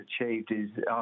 achieved—is